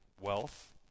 wealth